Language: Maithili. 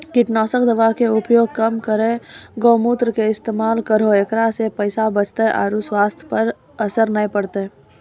कीटनासक दवा के उपयोग कम करौं गौमूत्र के इस्तेमाल करहो ऐकरा से पैसा बचतौ आरु स्वाथ्य पर असर नैय परतौ?